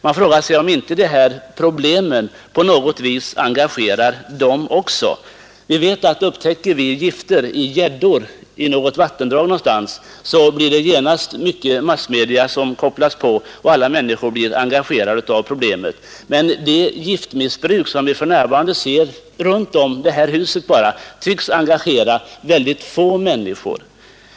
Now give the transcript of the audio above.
Man frågar sig om inte dessa problem också engagerar ungdomen. Vi vet att upptäcker vi gift i någon gädda i någon å någonstans så kopplas massmedia genast på och alla blir engagerade av problemet. Men det giftmissbruk som vi för närvarande ser — t.ex. runt det här huset — tycks engagera bara väldigt få människor.